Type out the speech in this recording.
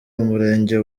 umurenge